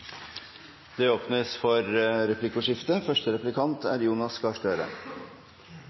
Det åpnes for replikkordskifte. Jeg er